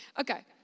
Okay